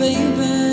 Baby